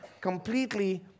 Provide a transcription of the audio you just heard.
completely